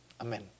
Amen